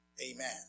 Amen